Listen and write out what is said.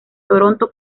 toronto